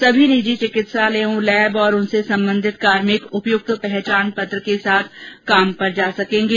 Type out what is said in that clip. सभी निजी चिकित्सालयों लैब एवं उनसे सम्बन्धित कार्मिक उपयुक्त पहचान पत्र के साथ कार्य पर जा सकेंगे